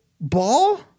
Ball